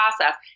process